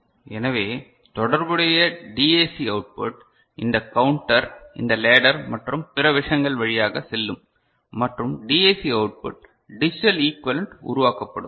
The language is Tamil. எனவே தொடர்புடைய டிஏசி அவுட்புட் இந்த கவுண்டர் இந்த லேடர் மற்றும் பிற விஷயங்கள் வழியாக செல்லும் மற்றும் டிஏசி அவுட்புட் டிஜிட்டல் ஈகுவலேன்ட் உருவாக்கப்படும்